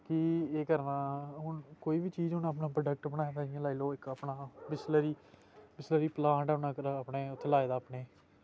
कि एह् करना हून कोई बी चीज हून अपना प्रोडक्ट बनाए दा जि'यां लाई लैओ इक अपना बिसलरी बिसलरी पलांट होना अपनै उत्थै लाए दा अपनै